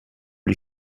les